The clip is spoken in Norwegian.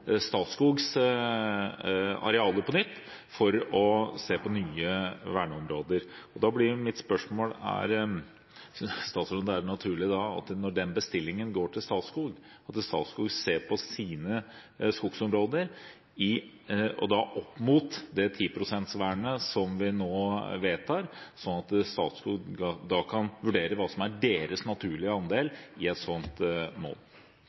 Statskogs arealer på nytt for å se på nye verneområder. Da blir mitt spørsmål: Synes statsråden det er naturlig, når den bestillingen går til Statskog, at Statskog ser på sine skogsområder opp mot vernet av 10 pst. av skogen som vi nå vedtar, slik at Statskog da kan vurdere hva som er deres naturlige andel i et slikt mål?